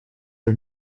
are